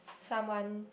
someone